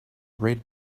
red